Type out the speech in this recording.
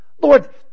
Lord